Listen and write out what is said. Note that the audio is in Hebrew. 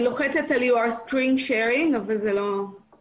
אני יכולה לומר שברוב המשקים שם אין בכלל תאי